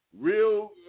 real